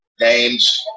names